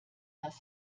das